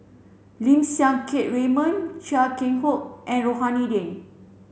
Lim Siang Keat Raymond Chia Keng Hock and Rohani Din